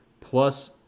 plus